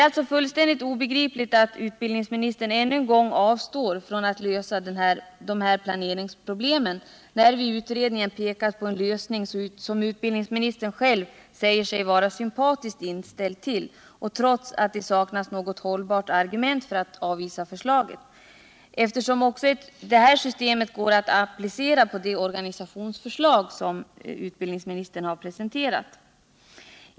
Det är fullständigt obegripligt att utbildningsministern ännu en gång avstår från att lösa denna planeringsfråga, när vi i utredningen har pekat på en lösning som utbildningsministern själv säger sig vara sympatiskt inställd till och trots att det saknas något hållbart argument för att avvisa förslaget, eftersom det här systemet också går att applicera på det organisationsförslag som utbildningsministern har presenterat.